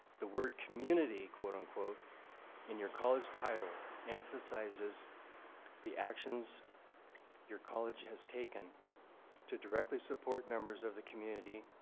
the word community quote unquote in your college title emphasizes the actions your college has taken to directly support members of the community,